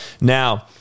Now